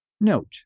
Note